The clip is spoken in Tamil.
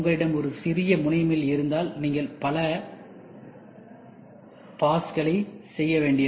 உங்களிடம் ஒரு சிறிய முனைமில் இருந்தால் நீங்கள் பல பாஸ்களைச் செய்ய வேண்டும்